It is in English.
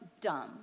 dumb